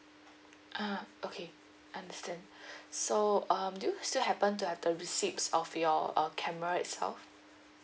ah okay understand so um do you still happen to have the receipts of your uh camera itself